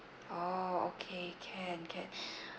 oh okay can can